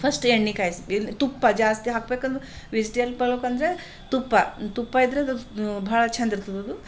first ಎಣ್ಣೆ ಕಾಯಿಸಿ ಇಲ್ಲ ತುಪ್ಪ ಜಾಸ್ತಿ ಹಾಕ್ಬೇಕಂದ್ರೆ ವೆಜಿಟೇಲ್ ಪಲಾವ್ಗಂದ್ರೆ ತುಪ್ಪ ತುಪ್ಪ ಇದ್ರೆ ಅದು ಭಾಳ ಚಂದ ಇರ್ತದದು